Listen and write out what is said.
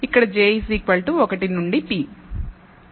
ఇక్కడ j 1 నుండి p